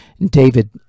David